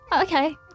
Okay